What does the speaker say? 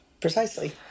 precisely